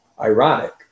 ironic